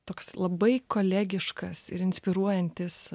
toks labai kolegiškas ir inspiruojantis